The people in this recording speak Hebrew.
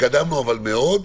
התקדמנו מאוד,